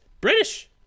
British